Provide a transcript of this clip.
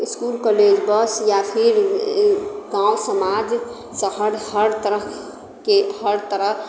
school college bus या फिर गाम समाज शहर हर तरहके हर तरह